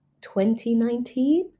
2019